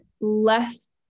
less